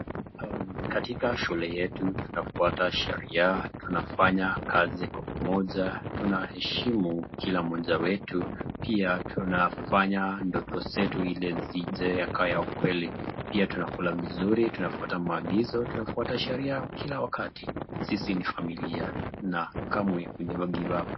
Katika shule yetu tunafuata sheria, tunafanya kazi kwa pamoja, tunaheshimu kila moja wetu, pia tunafanya ndoto zetu ili zije yakawa kweli. Pia tunakula vizuri, tunafuata maagizo, tunafuata sheria kila wakati. Sisi ni familia na kamwe we never give up .